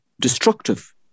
destructive